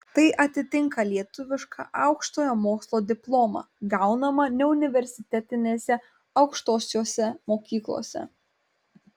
tai atitinka lietuvišką aukštojo mokslo diplomą gaunamą neuniversitetinėse aukštosiose mokyklose